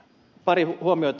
pari huomiota